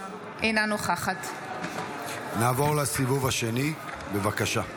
אינה נוכחת נעבור לסיבוב השני, בבקשה.